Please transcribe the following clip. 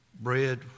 bread